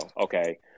okay